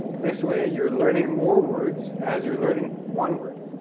this way you're learning more words as you're learning one word.